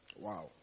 wow